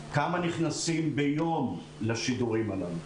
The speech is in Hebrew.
כמה נכנסים ביום לשידורים הללו?